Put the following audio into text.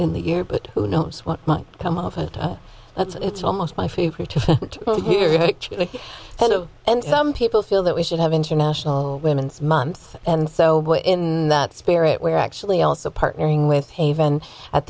in the year but who knows what might come of it but it's almost my favorite to hear hello and some people feel that we should have international women's month and so in that spirit we're actually also partnering with haven at